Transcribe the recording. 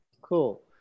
cool